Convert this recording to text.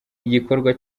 n’igikorwa